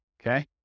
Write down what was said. Okay